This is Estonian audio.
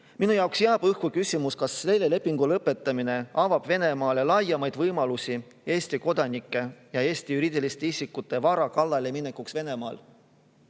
Minu jaoks jääb õhku küsimus, kas selle lepingu lõpetamine avab Venemaale laiemad võimalused Eesti kodanike ja Eesti juriidiliste isikute vara kallale minekuks Venemaal.